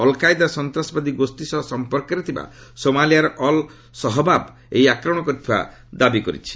al Qaeda ସନ୍ତାସବାଦୀ ଗୋଷୀ ସହ ସଂପର୍କରେ ଥିବା ସୋମାଲିଆର ଅଲ୍ ସହବାବ୍ ଏହି ଆକ୍ରମଣ କରିଥିବା ଦାବି କରିଛି